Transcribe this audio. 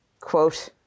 quote